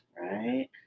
right